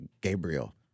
Gabriel